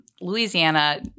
Louisiana